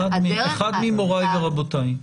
אחד ממוריי ורבותיי.